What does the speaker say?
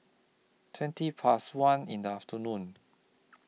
twenty Past one in The afternoon